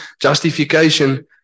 justification